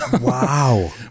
Wow